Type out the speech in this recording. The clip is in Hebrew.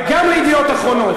וגם ל"ידיעות אחרונות".